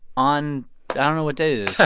on i don't know what day it